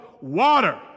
water